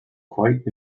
quite